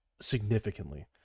significantly